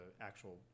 actual